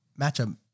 matchup